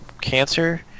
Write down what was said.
cancer